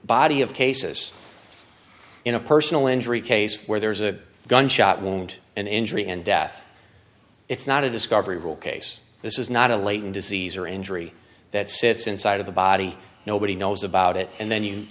body of cases in a personal injury case where there's a gunshot wound and injury and death it's not a discovery will case this is not a latent disease or injury that sits inside of the body nobody knows about it and then you